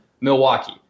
Milwaukee